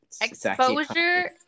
Exposure